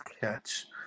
catch